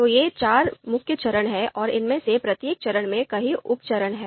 तो ये चार मुख्य चरण हैं और इनमें से प्रत्येक चरण में कई उप चरण हैं